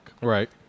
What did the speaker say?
Right